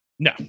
No